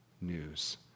news